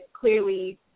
clearly